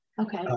okay